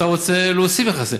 אתה רוצה להוסיף מכסים.